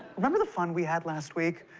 remember the fun we had last week?